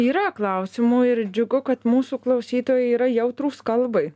yra klausimų ir džiugu kad mūsų klausytojai yra jautrūs kalbai